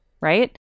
right